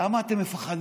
למה אתם מפחדים?